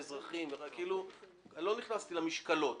לא נכנסתי למשקלות